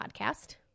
Podcast